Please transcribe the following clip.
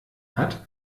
hat